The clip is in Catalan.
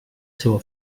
seua